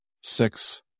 six